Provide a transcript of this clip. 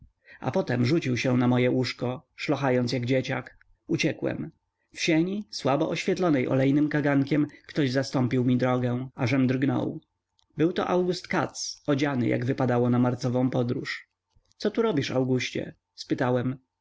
a potem rzucił się na moje łóżko szlochając jak dzieciak uciekłem w sieni słabo oświetlonej olejnym kagankiem ktoś zastąpił mi drogę ażem drgnął byłto august katz odziany jak wypadało na marcową podróż co tu robisz auguście spytałem